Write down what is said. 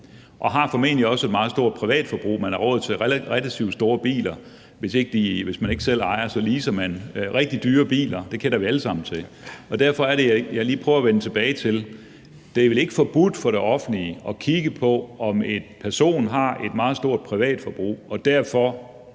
de har formentlig også et meget stort privatforbrug. Man har råd til relativt store biler. Hvis man ikke selv ejer, så leaser man rigtig dyre biler. Det kender vi alle sammen til. Derfor er det, jeg lige prøver at vende tilbage til, at det vel ikke er forbudt for det offentlige at kigge på, om en person har et meget stort privatforbrug og derfor